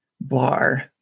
bar